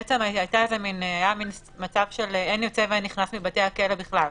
היה מצב של אין יוצא ואין נכנס מבתי הכלא בכלל,